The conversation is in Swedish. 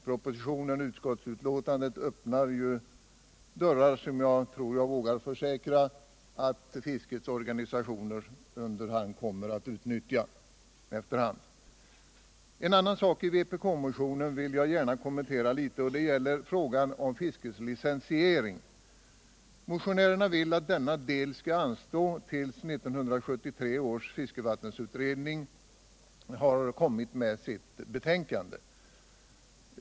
Propositionen och utskottsbetänkandet öppnar ju dörrar som jag vågar försäkra att fiskets organisationer efter hand kommer att utnyttja. En annan sak i vpk-motionen som jag gärna vill kommentera gäller frågan om fiskets licensiering. Motionärerna vill att behandlingen av denna del skall anstå tills 1973 års fiskevattensutredning har framlagt sitt betänkande.